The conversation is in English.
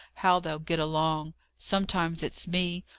how they'll get along sometimes it's me,